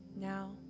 Now